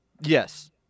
Yes